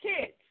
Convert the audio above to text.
kids